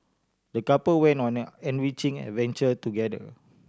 the couple went on an enriching adventure together